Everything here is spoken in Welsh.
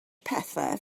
pethau